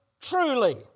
truly